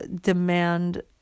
demand